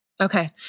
okay